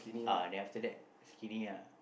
uh then after that skinny ah